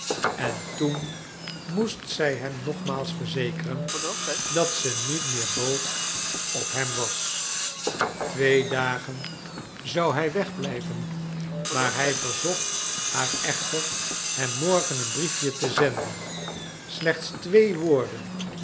en toen moest zij hem nogmaals verzekeren dat ze niet meer boos op hem was twee dagen zou hij wegblijven maar hij verzocht haar echter hem morgen een briefje te zenden slechts twee woorden